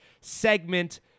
segment